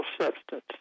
substance